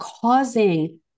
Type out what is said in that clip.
causing